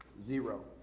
Zero